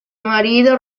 marido